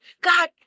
God